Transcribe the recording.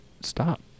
stop